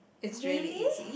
really